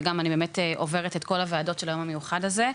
וגם אני עוברת את כל הוועדות של היום המיוחד הזה.